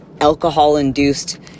alcohol-induced